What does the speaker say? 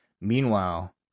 meanwhile